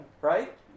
right